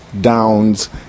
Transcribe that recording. downs